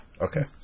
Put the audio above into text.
Okay